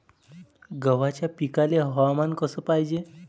गव्हाच्या पिकाले हवामान कस पायजे?